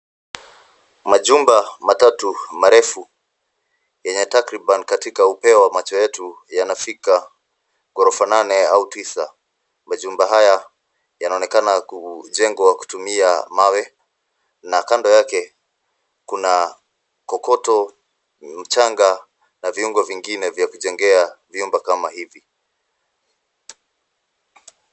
Majumba matatu marefu yenye takribani katika upeo wa macho yetu yanafika gorofa nane au tisa. Majumba yanaonekana, kujengwa kutumia mawe na kando yake kuna kokoto, mchanga, na vyungo vingine vya kujengea vyumba kama hivi.